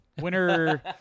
Winner